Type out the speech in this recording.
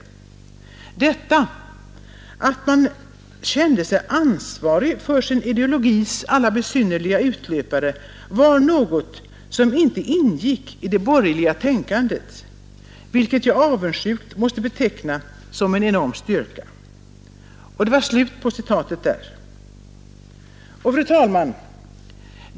Detta, att man kände sig ansvarig för sin ideologis alla besynnerliga utlöpare var något som inte ingick i det borgerliga tänkandet, vilket jag avundsjukt måste beteckna som en enorm styrka.” Fru talman!